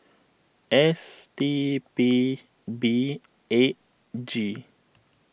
S T B B eight G